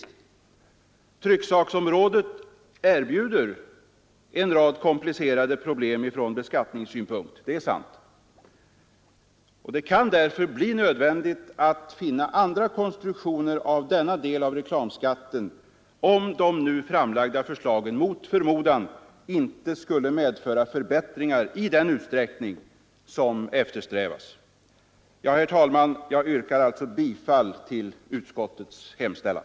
Trycksaksområdet erbjuder en rad komplicerade problem från beskattningssynpunkt, det är sant. Det kan därför bli nödvändigt att finna andra konstruktioner för denna del av reklamskatten, om de nu framlagda förslagen mot förmodan inte skulle medföra förbättringar i den utsträckning som eftersträvas. Herr talman! Jag yrkar bifall till utskottets hemställan.